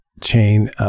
chain